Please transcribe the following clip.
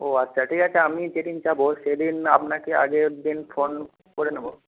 ও আচ্ছা ঠিক আছে আমি যেদিন যাব সেদিন আপনাকে আগের দিন ফোন করে নেব